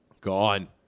Gone